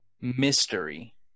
mystery